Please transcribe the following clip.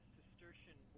Cistercian